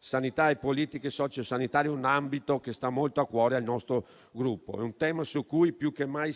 Sanità e politiche sociosanitarie rappresentano un ambito che sta molto a cuore al nostro Gruppo. È un tema su cui serve più che mai